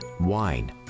wine